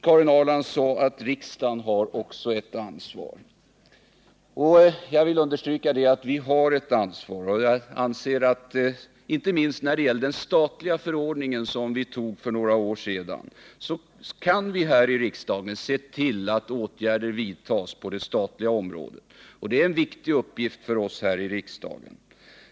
Karin Ahrland sade att även riksdagen har ett ansvar, och jag vill understryka att vi verkligen har ett sådant. Inte minst med hjälp av den statliga förordning som vi antog för några år sedan kan vi här i kammaren se till att åtgärder vidtas på det statliga området, och det är en viktig uppgift för oss här i riksdagen.